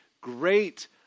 great